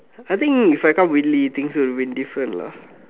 I think if I come Whitley I think so it will be abit different lah